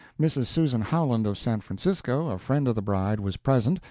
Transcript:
mrs. susan howland, of san francisco, a friend of the bride, was present,